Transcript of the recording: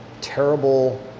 terrible